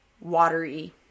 watery